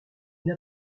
une